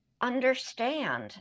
understand